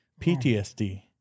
PTSD